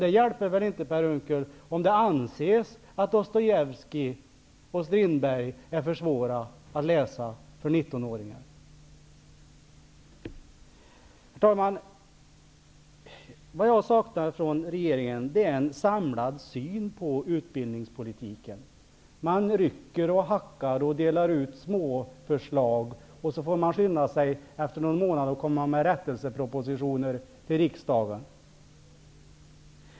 Det hjälper väl inte, Per Unckel, om det anses att Dostojevskij och Strindberg är för svåra för 19-åringar att läsa. Herr talman! Vad jag saknar från regeringen är en samlad syn på utbildningspolitiken. Man rycker, hackar och delar ut små förslag. Sedan får man efter någon månad skynda sig att komma till riksdagen med rättelsepropositioner.